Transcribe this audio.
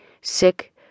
sick